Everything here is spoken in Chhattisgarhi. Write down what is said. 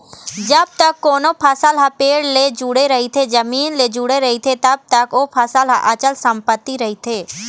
जब तक कोनो फसल ह पेड़ ले जुड़े रहिथे, जमीन ले जुड़े रहिथे तब तक ओ फसल ह अंचल संपत्ति रहिथे